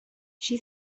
she